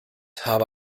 habe